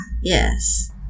yes